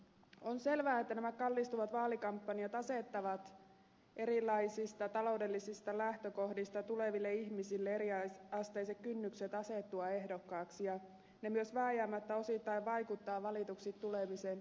on selvää että kallistuvat vaalikampanjat asettavat erilaisista taloudellisista lähtökohdista tuleville ihmisille eriasteiset kynnykset asettua ehdokkaaksi ja ne myös vääjäämättä osittain vaikuttavat valituksi tulemiseen